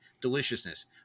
deliciousness